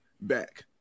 back